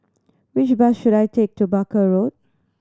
which bus should I take to Barker Road